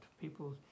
People